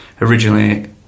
originally